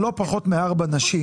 זה לא יחזור על עצמו.